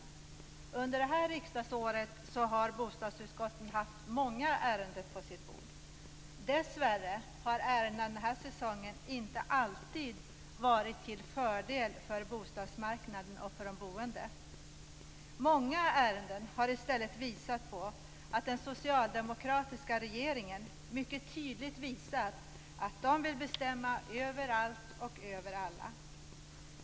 Under detta riksdagsår har bostadsutskottet haft många ärenden på sitt bord. Dessvärre har ärendena denna säsong inte alltid varit till fördel för bostadsmarknaden och de boende. Många ärenden har i stället visat att den socialdemokratiska regeringen vill bestämma över allt och alla.